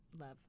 love